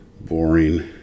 boring